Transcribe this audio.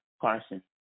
Carson